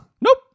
nope